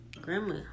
Grandma